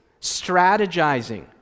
strategizing